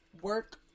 work